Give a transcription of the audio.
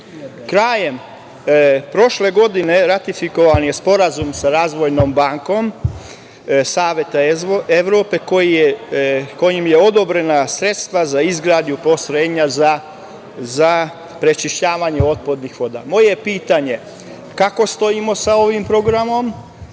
Krajem prošle godine ratifikovan je Sporazum sa Razvojnom bankom Saveta Evrope kojim su odobrena sredstva za izgradnju postrojenja za prečišćavanje otpadnih voda. Moje pitanje je kako stojimo sa ovim programom